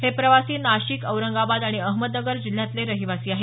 हे प्रवासी नाशिक औरंगाबाद आणि अहमदनगर जिल्ह्यातले रहिवासी आहेत